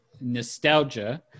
nostalgia